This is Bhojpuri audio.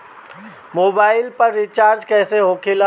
मोबाइल पर रिचार्ज कैसे होखी?